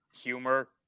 humor